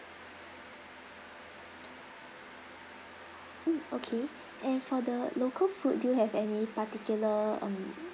mm okay and for the local food do you have any particular um